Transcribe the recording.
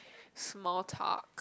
small talk